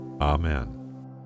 Amen